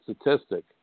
statistic